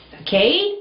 Okay